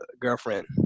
girlfriend